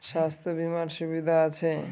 স্বাস্থ্য বিমার সুবিধা আছে?